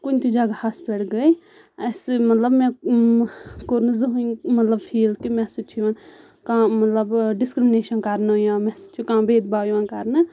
کُنہِ تہِ جَگہَس پؠٹھ گٔےٕ اَسہِ مَطلَب مےٚ کوٚر نہٕ ذٕہٕنۍ مطلب فیٖل کہِ مےٚ سۭتۍ چھُ یِوان کانٛہہ مَطلَب ڈِسکٕرمنیشَن کَرنہٕ یا مےٚ سۭتۍ چھُ کانٛہہ بید باو یِوان کَرنہٕ